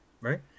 Right